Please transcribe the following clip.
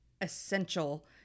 essential